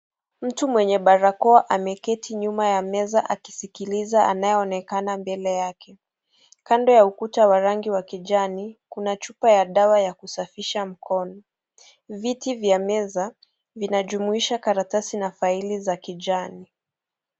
Mtu mwenye barakoa ameketi nyuma ya meza akisikiliza anayeonekana mbele yake. Kando ya ukuta wa rangi wa kijani kuna chupa ya dawa ya kusafisha mkono. Vitu za meza vinajumuisha karatasi na faili ya kijani.